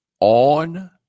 on